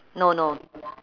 no no